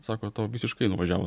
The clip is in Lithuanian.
sako tau visiškai nuvažiavo